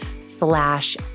slash